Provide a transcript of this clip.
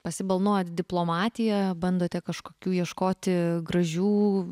pasibalnojat diplomatiją bandote kažkokių ieškoti gražių